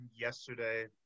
Yesterday